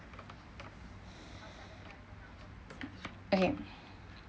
okay